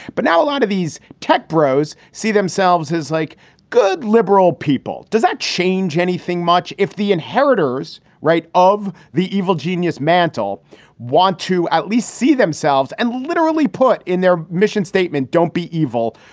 but now a lot of these tech pros see themselves as like good liberal people. does that change anything much if the inheritors of the evil genius mantlo want to at least see themselves and literally put in their mission statement, don't be evil?